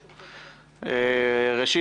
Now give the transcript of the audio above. ראשית,